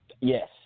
Yes